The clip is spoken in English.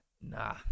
Nah